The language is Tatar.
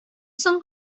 соң